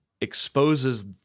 exposes